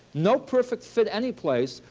no perfect fit any place,